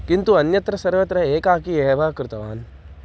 किन्तु अन्यत्र सर्वत्र एकाकी एव कृतवान्